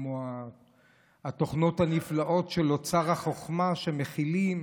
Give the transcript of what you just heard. כמו התוכנות הנפלאות של אוצר החוכמה, שמכילות